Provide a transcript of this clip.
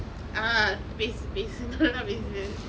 ah பேசு பேசு நல்ல பேசு:pesu pesu nalla pesu